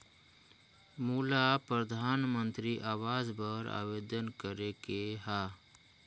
मोला परधानमंतरी आवास बर आवेदन करे के हा?